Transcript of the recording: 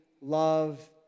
love